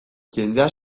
jendea